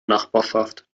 nachbarschaft